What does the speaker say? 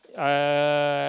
uh